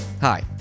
Hi